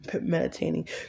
meditating